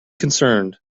concerned